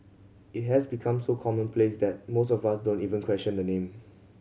it has become so commonplace that most of us don't even question the name